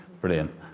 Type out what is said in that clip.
Brilliant